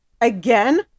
again